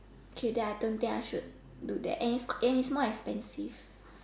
okay then I don't think I should do that and it's and it's more expensive